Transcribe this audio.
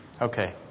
Okay